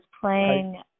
playing